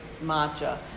matcha